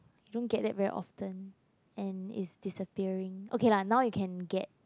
you don't get that very often and it's disappearing okay lah now you can get